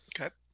Okay